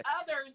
others